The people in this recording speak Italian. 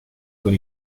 con